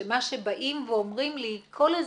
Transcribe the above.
שמה שבאים ואומרים לי כל הזמן,